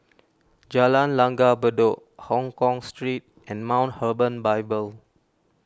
Jalan Langgar Bedok Hongkong Street and Mount Hermon Bible